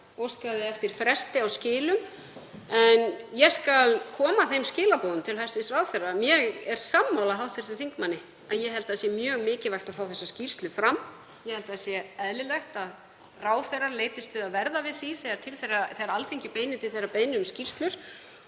óskaði eftir fresti á skilum. En ég skal koma þeim skilaboðum til hæstv. ráðherra. Ég er sammála hv. þingmanni að ég held að það sé mjög mikilvægt að fá þessa skýrslu fram. Ég held að það sé eðlilegt að ráðherrar leitist við að verða við því þegar Alþingi beinir til þeirra ósk um skýrslur